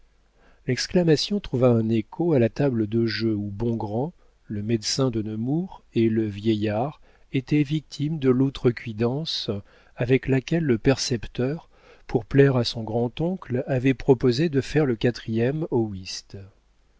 l'exclamation trouva un écho à la table de jeu où bongrand le médecin de nemours et le vieillard étaient victimes de l'outrecuidance avec laquelle le percepteur pour plaire à son grand-oncle avait proposé de faire le quatrième au whist